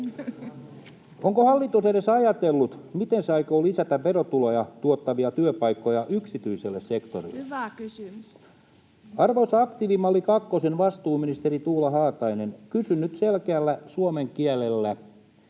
Onko hallitus edes ajatellut, miten se aikoo lisätä verotuloja tuottavia työpaikkoja yksityiselle sektorille? Arvoisa aktiivimalli kakkosen vastuuministeri Tuula Haatainen, kysyn nyt selkeällä suomen kielellä: